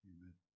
Amen